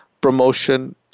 promotion